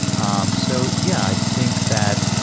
um so yeah i think that